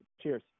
Cheers